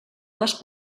les